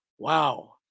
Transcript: Wow